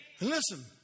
Listen